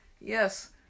Yes